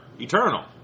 eternal